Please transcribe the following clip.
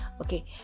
Okay